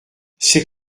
c’est